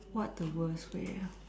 what the worst way ah